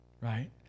right